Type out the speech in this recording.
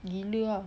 gila ah